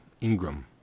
Ingram